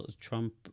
Trump